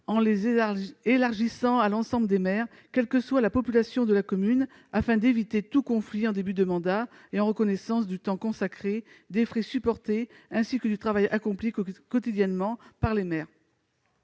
en les élargissant à l'ensemble des maires, quelle que soit la population de la commune, afin d'éviter tout conflit en début de mandat et en gage de reconnaissance pour le temps consacré, les frais supportés ainsi que le travail accompli quotidiennement par les maires.